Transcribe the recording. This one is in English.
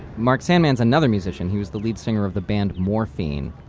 mark sandman is another musician who is the lead singer of the band, morphine.